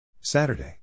Saturday